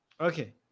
Okay